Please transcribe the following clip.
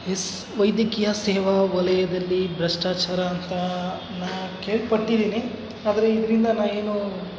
S ವೈದ್ಯಕೀಯ ಸೇವಾ ವಲಯದಲ್ಲಿ ಭ್ರಷ್ಟಾಚಾರ ಅಂತಾ ನಾ ಕೇಳ್ಪಟ್ಟಿದೀನಿ ಆದರೆ ಇದರಿಂದ ನಾ ಏನೂ